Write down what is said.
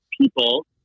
people